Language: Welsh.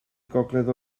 gogledd